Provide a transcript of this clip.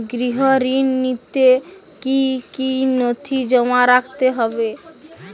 গৃহ ঋণ নিতে কি কি নথি জমা রাখতে হবে?